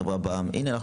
חברה בע"מ?" "הנה,